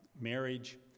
marriage